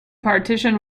partition